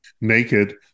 naked